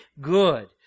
good